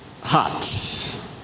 Heart